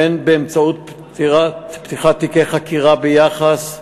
בין באמצעות פתיחת תיקי חקירה ביח"ס,